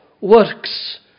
works